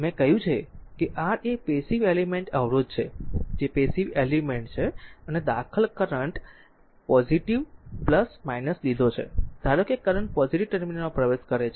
મેં કહ્યું કે R એ એક પેસીવ એલિમેન્ટ અવરોધ છે જે પેસીવ એલિમેન્ટ છે અને દાખલ કરંટ પોઝીટીવ લીધો છે અને ધારો કે કરંટ પોઝીટીવ ટર્મિનલમાં પ્રવેશ કરે છે